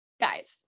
Guys